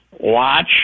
Watch